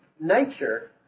nature